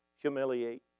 humiliate